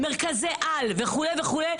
מרכזי-על וכו' וכו',